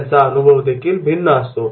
त्यांचा अनुभव देखील भिन्न असतो